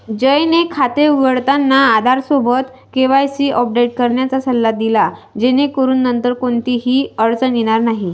जयने खाते उघडताना आधारसोबत केवायसी अपडेट करण्याचा सल्ला दिला जेणेकरून नंतर कोणतीही अडचण येणार नाही